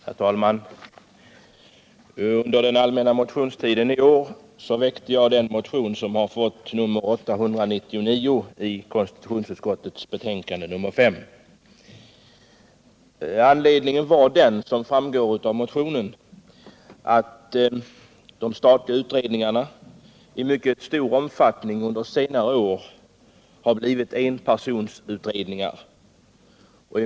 Herr talman! Under den allmänna motionstiden i år väckte jag motionen 899, som behandlas i konstitutionsutskottets betänkande nr 5. Anledningen var, som framgår av motionen, att de statliga utredningarna i mycket stor omfattning under senare år har blivit enpersonsutredningar.